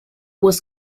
was